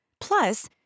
Plus